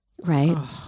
right